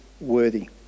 worthy